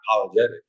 apologetic